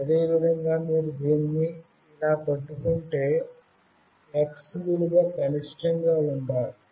అదేవిధంగా మీరు దీన్ని ఇలా పట్టుకుంటే X విలువ కనిష్టంగా ఉండాలి